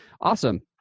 Awesome